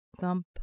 thump